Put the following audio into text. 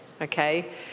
Okay